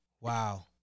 Wow